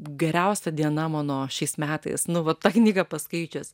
geriausia diena mano šiais metais nu va tą knygą paskaičius